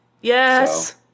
Yes